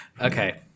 Okay